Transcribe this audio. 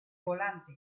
volante